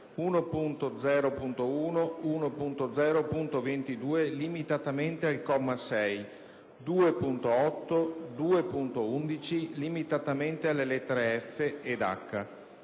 1.0.1, 1.0.22 (limitatamente al comma 6), 2.8, 2.11 (limitatamente alle lettere *f)* e